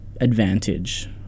advantage